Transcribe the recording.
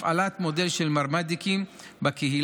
הפעלת מודל של מרמ"דיקים בקהילה,